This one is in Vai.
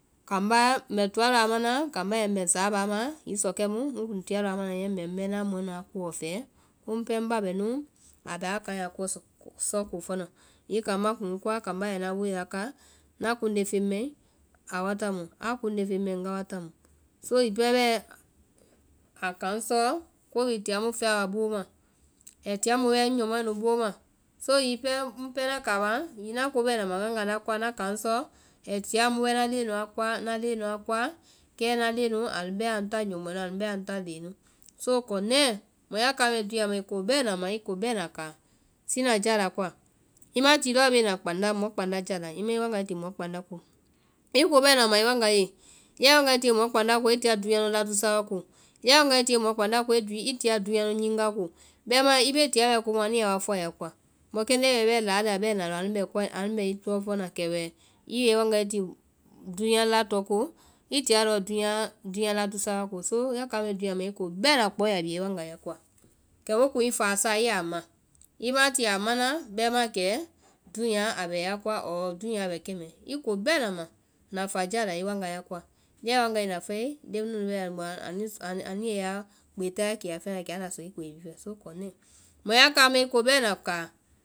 Kambá, mbɛ toa lɔɔ a manaa, kambá yɛ ŋ bɛŋ sáabáa ma, hiŋi sɔkɛ mu ŋkuŋ toa lɔɔ a mana niyɛ mbɛ mu bɛ ŋna mɔɛ a kolɔ fɛɛ, komu pɛɛ ŋbá bɛ núu, a bɛ a aa kaŋɛ sɔ ko fɔna, hiŋi kambá kuŋ ŋ kɔa kambá a ŋna way laká, ŋna kuŋnde feŋ mai a wa tamu, a kuŋnde feŋ mai ŋga wa ta mu. So hiŋi pɛɛ bɛɛ a kaŋ sɔɔ, ko bhii i tia mu fɛa wa boo ma. ai tia mu bɛ ŋ nyɔmɔɛ nu boo ma, so hiŋi pɛɛ ŋ pɛɛ ŋna kaama hiŋi ŋna ko bɛna ma ŋgaga a koa ŋna kaŋ sɔɔ, ai tia mu bɛ ŋna leŋɛ a koa kɛ ŋna leŋɛ a nu bɛ nu ta nyɔmɔɛ na anu bɛ anu ta leŋɛ nu. So kɔnɛ́ɛ́, mɔ ya kaamae dúunya ma i ko bɛna ma, i ko bɛna káa, sinajáa la koa, i ma ti lɔɔ bee na kpandá mɔ kpandá jaa la, i ma i waŋga ti mɔ kpandá ko, i ko bɛna ma i waŋga ye, ya i waŋga tie mɔ kpandá ko i tia dúunya nu latusa wa kɔ, ya i waŋga tie mɔ kpandá ko i tia dúunya nu nyeŋ ko, bɛmaã i bee komu bɛɛ ko muɔ anu yaa wa fɔa ya koa. Mɔkɛndɛ́ i bɛɛ laila bɛna lɔ anu bɛ i tɔɔ fɔna kɛwɛ i yɛ i waŋga ti dúunya latɔ ko, i tia lɔɔ dúunya la tusa wa ko, so ya kaamae dúunya ma i ko bɛɛna kpao i yaa bia i waŋga a koa, kɛ mu kuŋ i fáasa i yaa ma, i ma ti amana bɛmaã kɛ dúunya bɛ ya koa ɔɔ dúunyaa bɛ kɛ́mɛɛ, i ko bɛɛna ma nafajáa la i waŋga ya koa, ya i waŋga nafae, ya leŋɛ mu nu bɛ i boo anu ya kpee tayɛɛ wa fɛɛ kɛ anda sɔ i kpee bhii fɛ. So kɔ nɛɛ mɔ ya kaamae i ko bɛna káa.